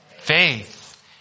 faith